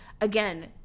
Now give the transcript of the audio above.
again